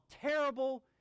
terrible